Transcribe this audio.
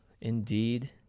indeed